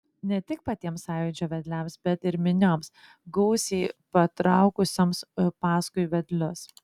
ne tik patiems sąjūdžio vedliams bet ir minioms gausiai patraukusioms paskui vedlius